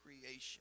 creation